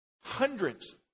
hundreds